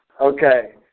Okay